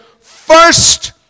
first